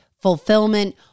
fulfillment